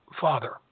Father